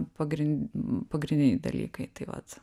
pagrin pagrindiniai dalykai tai vat